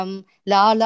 Lala